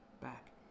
back